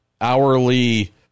hourly